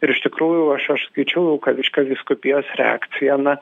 ir iš tikrųjų aš aš skaičiau kad reiškia vyskupijos reakcija na